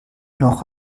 noch